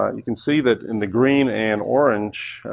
ah you can see that in the green and orange,